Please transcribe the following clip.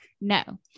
No